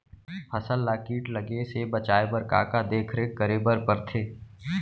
फसल ला किट लगे से बचाए बर, का का देखरेख करे बर परथे?